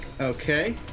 Okay